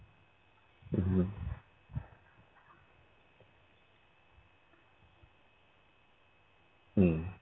mmhmm mm